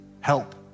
help